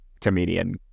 comedian